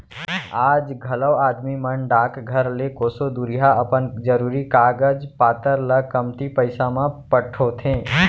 आज घलौ आदमी मन डाकघर ले कोसों दुरिहा अपन जरूरी कागज पातर ल कमती पइसा म पठोथें